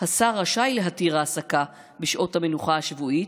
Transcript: השר רשאי להתיר העסקת, בשעות המנוחה השבועיות,